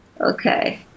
Okay